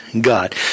God